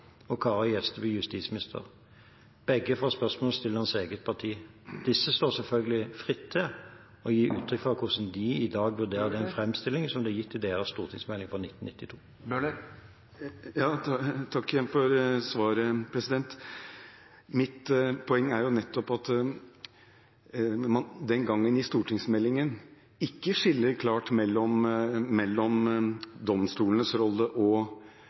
og Kari Gjesteby justisminister – begge fra spørsmålsstillerens eget parti. Disse står selvfølgelig fritt til å gi uttrykk for hvordan de i dag vurderer den framstillingen som er gitt i deres stortingsmelding fra 1992. Takk igjen for svaret. Mitt poeng er nettopp at man i den stortingsmeldingen ikke skiller klart mellom domstolens rolle og lovgivende myndighets rolle – altså Stortingets rolle – og